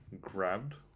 grabbed